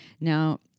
Now